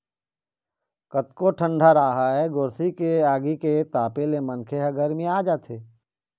कतको ठंडा राहय गोरसी के आगी के तापे ले मनखे ह गरमिया जाथे